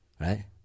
right